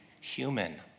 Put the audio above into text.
human